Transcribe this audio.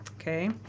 okay